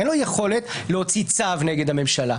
אין לו יכולת להוציא צו נגד הממשלה.